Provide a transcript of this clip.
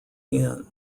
inn